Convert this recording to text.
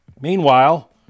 Meanwhile